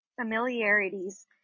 familiarities